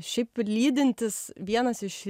šiaip lydintis vienas iš